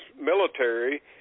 military